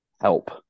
help